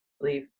leave